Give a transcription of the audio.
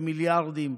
במיליארדים.